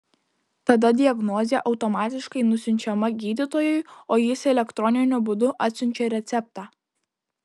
tada diagnozė automatiškai nusiunčiama gydytojui o jis elektroniniu būdu atsiunčia receptą